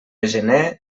gener